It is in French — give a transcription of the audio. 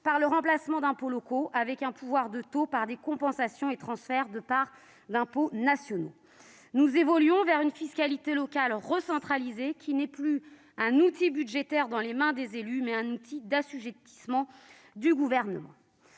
par le remplacement d'impôts locaux avec un pouvoir de taux par des compensations et transferts de parts d'impôts nationaux. Nous évoluons vers une fiscalité locale recentralisée, qui est non plus un outil budgétaire dans les mains des élus, mais un outil d'assujettissement du Gouvernement.